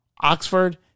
Oxford